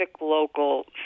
local